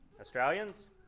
Australians